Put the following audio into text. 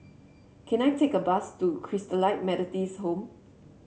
can I take a bus to Christalite Methodist Home